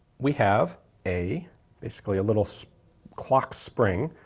we have a basically a little so clock spring.